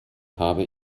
habe